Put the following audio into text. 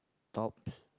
tops